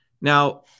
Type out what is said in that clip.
now